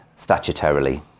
statutorily